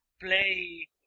play